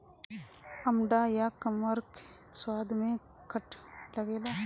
अमड़ा या कमरख स्वाद में खट्ट लागेला